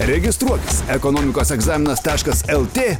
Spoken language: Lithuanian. registruokis ekonomikos egzaminas taškas el t